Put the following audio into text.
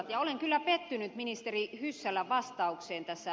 ja olen kyllä pettynyt ministeri hyssälän vastaukseen ed